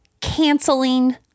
Canceling